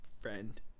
friend